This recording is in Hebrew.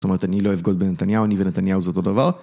זאת אומרת, אני לא אבגוד בנתניהו, אני ונתניהו זה אותו דבר.